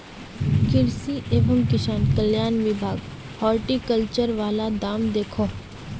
कृषि एवं किसान कल्याण विभाग हॉर्टिकल्चर वाल काम दखोह